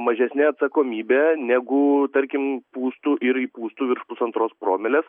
mažesne atsakomybe negu tarkim pūstų ir įpūstų virš pusantros promilės